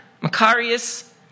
Macarius